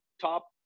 top